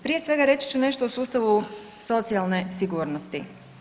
Prije svega reći ću nešto o sustavu socijalne sigurnosti.